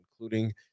including